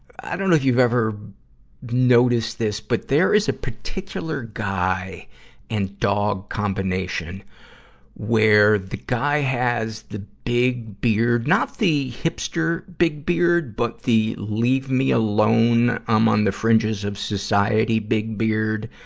i don't know if you've ever noticed this, but there is a particular guy and dog combination where the guy has the big beard not the hipster big beard, but the leave me alone i'm on the fringes of society big beard.